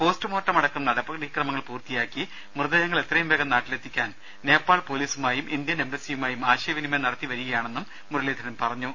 postmortem അടക്കം നടപടിക്രമങ്ങൾ പൂർത്തിയാക്കി മൃതദേഹങ്ങൾ എത്രയും വേഗം നാട്ടിലെത്തിക്കാൻ നേപ്പാൾ പൊലീസുമായും ഇന്ത്യൻ എംബസിയുമായും ആശയവിനിമയം നടത്തിവരികയാണെന്ന് മുരളീധരൻ പറഞ്ഞു